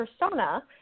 persona